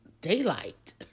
daylight